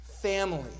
family